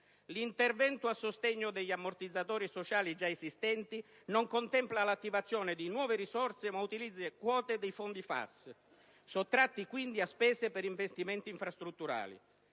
L'intervento a sostegno degli ammortizzatori sociali già esistenti non contempla l'attivazione di nuove risorse, ma utilizza quote dei fondi FAS (sottratti, quindi, a spese per investimenti infrastrutturali).